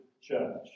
church